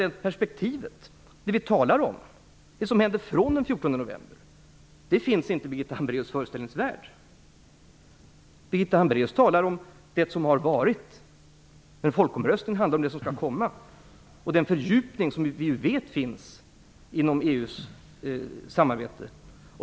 Det perspektiv vi talar om - det som händer fr.o.m. den 14 november - finns inte i Birgitta Hambraeus föreställningsvärld. Birgitta Hambraeus talar om det som har varit, men folkomröstningen handlar om det som skall komma och den fördjupning vi vet finns inom EU:s samarbete.